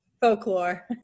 folklore